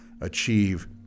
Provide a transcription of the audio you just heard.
achieve